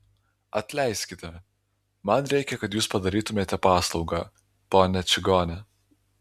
atleiskite man reikia kad jūs padarytumėte paslaugą ponia čigone